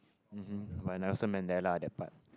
um hmm like Nelson-Mandela that part